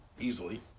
Easily